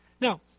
Now